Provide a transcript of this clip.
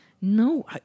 No